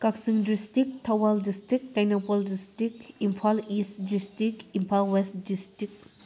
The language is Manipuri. Kakching district Thoubal district Tengnoupal district Imphal east district Imphal west district